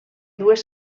dues